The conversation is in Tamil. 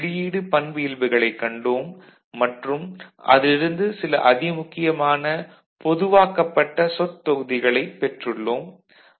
உள்ளீடு வெளியீடு பண்பியல்புகளைக் கண்டோம் மற்றும் அதிலிருந்து சில அதிமுக்கியமான பொதுவாக்கப்பட்ட சொற்றொகுதிகளைப் பெற்றுள்ளோம்